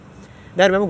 okay